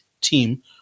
team